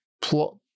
plot